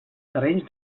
terrenys